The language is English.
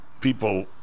people